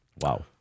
Wow